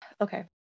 Okay